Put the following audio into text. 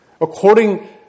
According